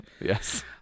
Yes